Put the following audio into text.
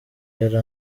yari